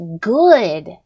good